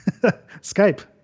Skype